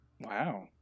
Wow